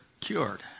cured